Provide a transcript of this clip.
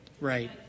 Right